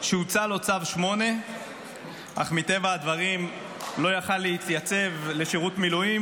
שהוצא לו צו 8 אך מטבע הדברים לא יכול היה להתייצב לשירות מילואים,